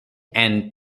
and